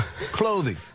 clothing